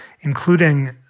including